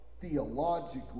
theologically